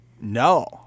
No